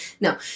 no